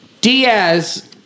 Diaz